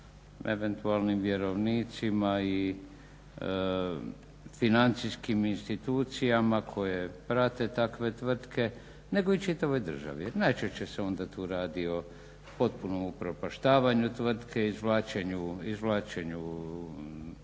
eventualnim vjerovnicima i financijskim institucijama koje prate takve tvrtke nego i čitavoj državi. Najčešće se tu radi onda o potpunom upropaštavanju tvrtke, izvlačenju keša